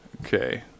Okay